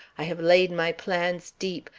i have laid my plans deep.